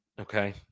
Okay